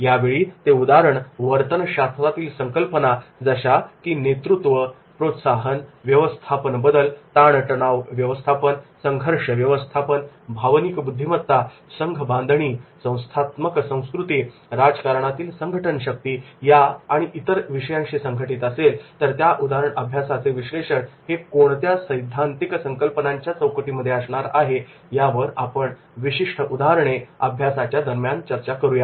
ज्यावेळी ते उदाहरण वर्तन शास्त्रातील संकल्पना जशा की नेतृत्व प्रोत्साहन व्यवस्थापन बदल ताण तणाव व्यवस्थापन संघर्ष व्यवस्थापन भावनिक बुद्धिमत्ता संघ बांधणी संस्थात्मक संस्कृती राजकारणातील संघटन शक्ती या आणि इतर विषयांशी निगडित असेल तर त्या उदाहरण अभ्यासाचे विश्लेषण हे कोणत्या सैद्धांतिक संकल्पनांच्या चौकटीमध्ये असणार आहे यावर आपण त्या विशिष्ट उदाहरणे अभ्यासा च्या दरम्यान चर्चा करूया